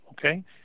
okay